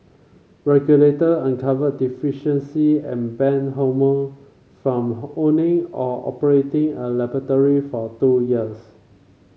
regulator uncovered deficiencies and banned Holme from owning or operating a laboratory for two years